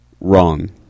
Wrong